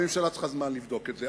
הממשלה צריכה זמן לבדוק את זה.